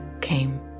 came